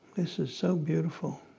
this is so beautiful.